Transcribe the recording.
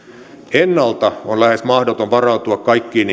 ennalta on lähes mahdoton varautua kaikkiin